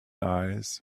eyes